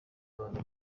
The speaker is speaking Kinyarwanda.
abana